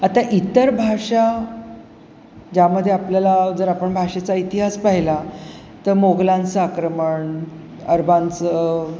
आता इतर भाषा ज्यामध्ये आपल्याला जर आपण भाषेचा इतिहास पाहिला तर मोगलांचं आक्रमण अरबांचं